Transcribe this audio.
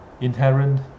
inherent